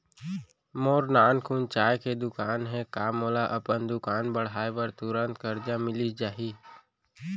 मोर नानकुन चाय के दुकान हे का मोला अपन दुकान बढ़ाये बर तुरंत करजा मिलिस जाही?